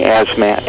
asthma